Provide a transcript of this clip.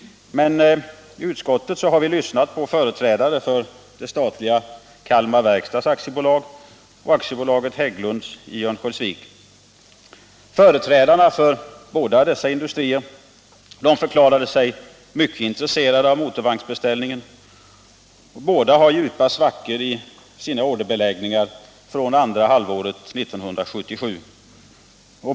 I utskottet har vi lyssnat på företrädare för det statliga Kalmar Verkstads AB och AB Hägglunds i Örnsköldsvik. Företrädarna för båda dessa industrier förklarade sig mycket intresserade av motorvagnsbeställningen. Båda har djupa svackor i sina orderbeläggningar från andra halvåret 1977.